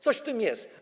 Coś w tym jest.